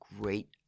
great